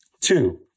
Two